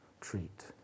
treat